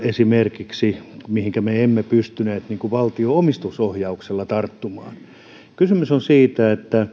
esimerkiksi finaviasta mihinkä me emme pystyneet valtion omistusohjauksella tarttumaan